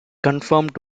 confirmed